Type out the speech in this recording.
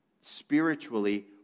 spiritually